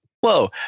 whoa